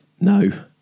no